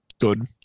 Good